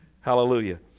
hallelujah